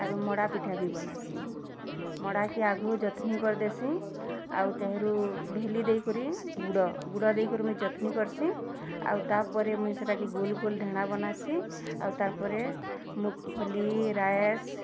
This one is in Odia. ଆରୁ ମଣ୍ଡା ପିଠା ବି ବନାସିଁ ମଡ଼ାକେ ଆଗେ ଜତ୍ନି କରିଦେସିଁ ଆଉ ତେହ୍ରୁ ଭେଲି ଦେଇକରି ଗୁଡ଼ ଗୁଡ଼ ଦେଇକରି ମୁଇ ଯତ୍ନି କର୍ସିଁ ଆଉ ତା'ପରେ ମୁଇଁ ସେଟାକେ ଗୋଲ୍ ଗୋଲ୍ ଢ଼େଣା ବନାସିଁ ଆଉ ତାପରେ ମୁଫଲି ରାଏସ୍